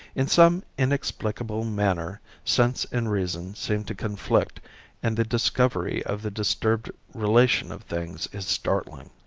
in some inexplicable manner sense and reason seem to conflict and the discovery of the disturbed relation of things is startling.